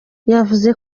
yavuze